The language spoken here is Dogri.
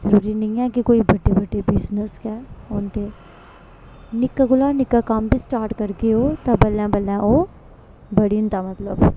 जरूरी नी ऐ कि कोई बड्डे बड्डे बिजनेस गै होंदे निक्के कोला निक्का कम्म बी स्टार्ट करगे ओह् तां बल्लें बल्लें ओह् बड़ी जंदा मतलब